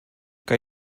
kan